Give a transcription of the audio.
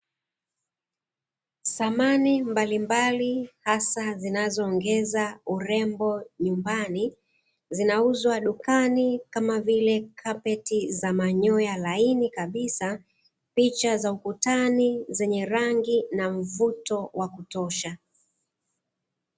Samani mbalimbali hasa zinazoongeza urembo nyumbani, zinauzwa dukani kama vile kapeti za manyoya laini kabisa, picha za ukutani zenye rangi na mvuto wa kutosha.